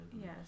yes